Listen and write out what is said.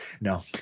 No